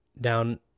down